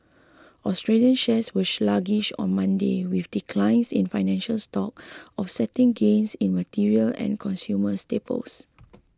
Australian shares were sluggish on Monday with declines in financial stocks offsetting gains in materials and consumer staples